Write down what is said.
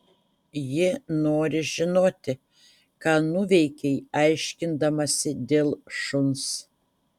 ji nori žinoti ką nuveikei aiškindamasi dėl šuns